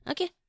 Okay